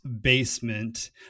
basement